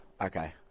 Okay